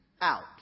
out